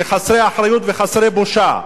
חסרי אחריות וחסרי בושה.